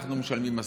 אנחנו משלמים משכורת.